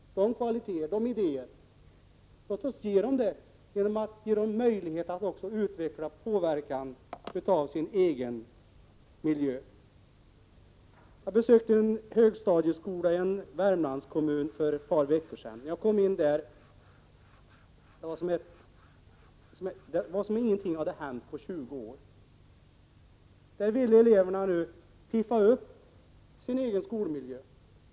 Låt oss ge dem allt detta genom att de får möjlighet att påverka sin egen miljö. Jag besökte en högstadieskola i en Värmlandskommun för ett par veckor sedan. Det var som om ingenting hade hänt på 20 år där. Eleverna ville nu piffa upp sin egen skolmiljö.